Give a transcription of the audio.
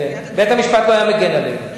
בית-המשפט לא היה מגן עלינו.